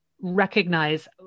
recognize